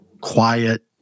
quiet